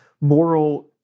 moral